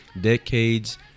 Decades